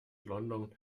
london